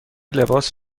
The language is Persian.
لباس